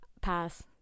Pass